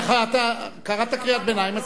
קראת קריאת ביניים.